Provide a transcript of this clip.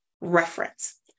reference